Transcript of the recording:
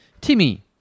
Timmy